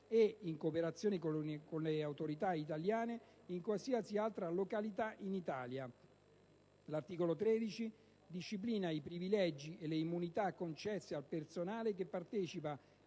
e, in cooperazione con le autorità italiane, in qualsiasi altra località in Italia. L'articolo 13 disciplina i privilegi e le immunità concesse al personale che partecipa